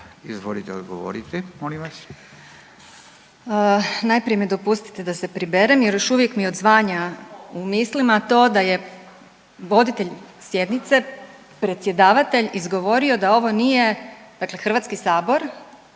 s imenom i prezimenom)** Najprije mi dopustite da se priberem jer još uvijek mi odzvanja u mislima to da je voditelj sjednice predsjedavatelj izgovorio da ovo nije dakle Hrvatski sabor